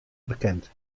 bekend